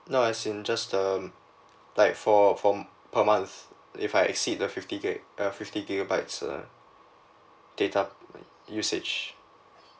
no as in just um like for from per month if I exceed the fifty gig uh fifty gigabytes uh data usage